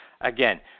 Again